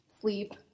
sleep